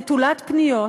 נטולת פניות,